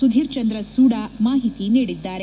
ಸುಧೀರ್ ಚಂದ್ರ ಸೂಡಾ ಮಾಹಿತಿ ನೀಡಿದ್ದಾರೆ